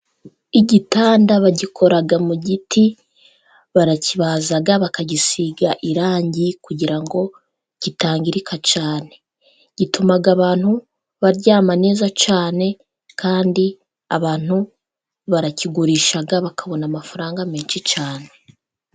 Igitanda bagikora mu giti, barakibaza bakagisiga irangi kugira ngo kitangirika cyane, gituma abantu baryama neza cyane kandi abantu barakigurisha, bakabona amafaranga menshi cyane.